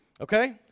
Okay